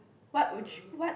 what would you what